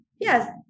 Yes